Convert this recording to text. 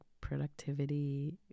productivity